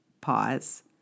pause